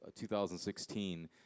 2016